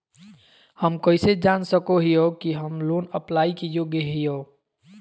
हम कइसे जान सको हियै कि हम लोन अप्लाई के योग्य हियै?